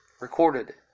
recorded